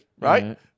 right